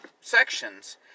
sections